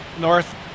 North